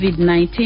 COVID-19